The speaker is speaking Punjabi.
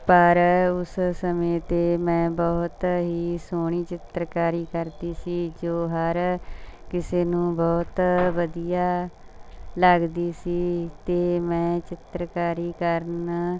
ਪਰ ਉਸ ਸਮੇਂ 'ਤੇ ਮੈਂ ਬਹੁਤ ਹੀ ਸੋਹਣੀ ਚਿੱਤਰਕਾਰੀ ਕਰਦੀ ਸੀ ਜੋ ਹਰ ਕਿਸੇ ਨੂੰ ਬਹੁਤ ਵਧੀਆ ਲੱਗਦੀ ਸੀ ਅਤੇ ਮੈਂ ਚਿੱਤਰਕਾਰੀ ਕਰਨ